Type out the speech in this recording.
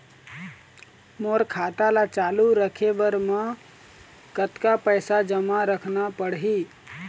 मोर खाता ला चालू रखे बर म कतका पैसा जमा रखना पड़ही?